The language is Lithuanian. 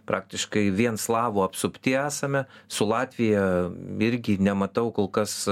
praktiškai vien slavų apsupty esame su latvija irgi nematau kol kas